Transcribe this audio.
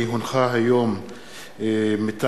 כי הונחה היום על שולחן הכנסת,